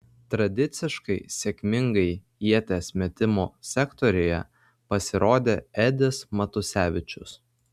tradiciškai sėkmingai ieties metimo sektoriuje pasirodė edis matusevičius